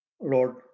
Lord